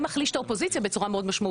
זה מחליש את האופוזיציה בצורה מאוד משמעותית.